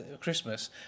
Christmas